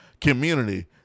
community